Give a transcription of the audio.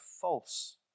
false